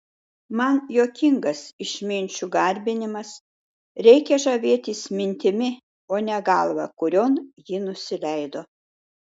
man juokingas išminčių garbinimas reikia žavėtis mintimi o ne galva kurion ji nusileido